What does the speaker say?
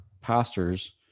pastors